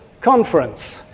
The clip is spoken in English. conference